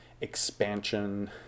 expansion